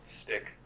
stick